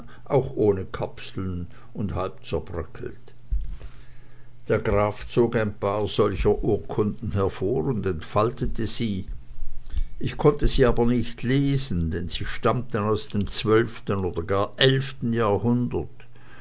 auch ohne kapseln und halb zerbröckelt der graf zog ein paar solcher urkunden hervor und entfaltete sie ich konnte sie aber nicht lesen denn sie stammten aus dem zwölften oder gar eilften jahrhundert